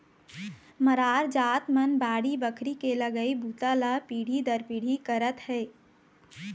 मरार जात मन बाड़ी बखरी के लगई बूता ल पीढ़ी दर पीढ़ी करत हे